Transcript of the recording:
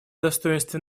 достоинстве